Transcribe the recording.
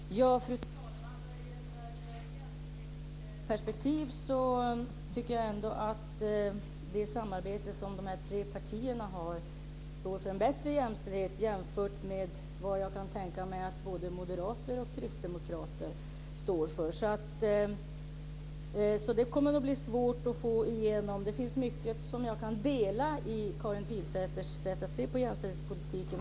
Fru talman! När det gäller jämställdhetsperspektivet tycker jag ändå att det samarbete som de tre partierna har står för en bättre jämställdhet jämfört med vad jag kan tänka mig både moderater och kristdemokrater står för. Det kommer nog att bli svårt att få igenom förslag där. Det finns mycket jag kan dela i Karin Pilsäters sätt att se på jämställdhetspolitiken.